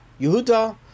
Yehuda